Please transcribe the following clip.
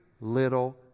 little